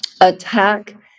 attack